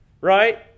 right